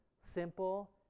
simple